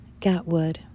Gatwood